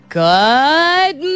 good